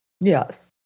Yes